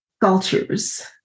cultures